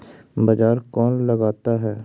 बाजार कौन लगाता है?